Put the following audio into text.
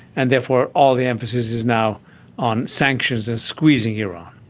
and therefore all the emphasis is now on sanctions and squeezing iran.